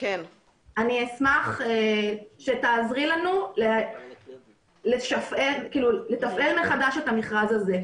אני אשמח שתעזרי לנו לתפעל מחדש את המכרז הזה.